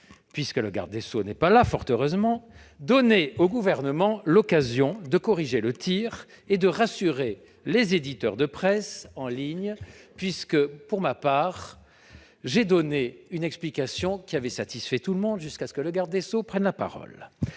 puisque la garde des sceaux n'est pas là- fort heureusement !-, donner au Gouvernement l'occasion de corriger le tir et de rassurer les éditeurs de presse en ligne. Pour ma part, j'avais donné une explication qui avait satisfait tout le monde jusqu'à ce que la garde des sceaux prenne la parole